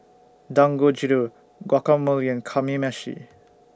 Dangojiru Guacamole Kamameshi